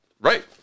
Right